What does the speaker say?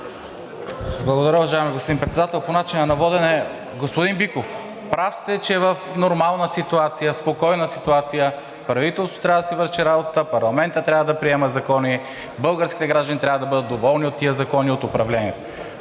Благодаря, уважаеми господин Председател. По начина на водене. Господин Биков, прав сте, че в нормална ситуация, спокойна ситуация правителството трябва да си върши работата, парламентът трябва да приема закони, българските граждани трябва да бъдат доволни от тези закони, от управлението.